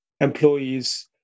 employees